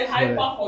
hyper